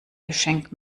geschenk